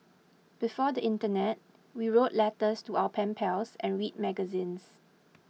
before the internet we wrote letters to our pen pals and read magazines